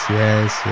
yes